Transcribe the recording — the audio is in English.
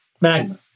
Magma